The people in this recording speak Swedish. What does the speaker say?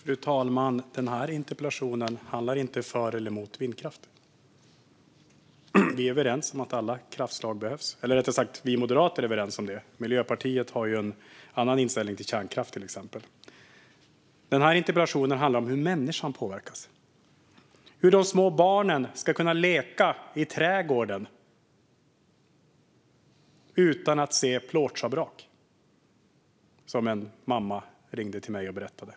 Fru talman! Den här interpellationen handlar inte om huruvida man är för eller emot vindkraft. Vi är överens om att alla kraftslag behövs. Eller rättare sagt är vi moderater överens om det. Miljöpartiet har en annan inställning till exempelvis kärnkraft. Denna interpellation handlar om hur människan påverkas - hur de små barnen ska kunna leka i trädgården utan att se plåtschabrak, som en mamma ringde till mig och berättade.